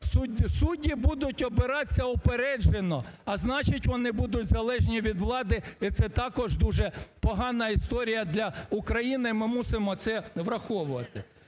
Судді будуть обиратись упереджено, а значить, вони будуть залежні від влади, і це також уже погана історія для України, ми мусимо це враховувати.